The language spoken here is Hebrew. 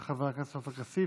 של חבר הכנסת עופר כסיף: